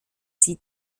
sie